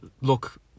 look